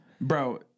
bro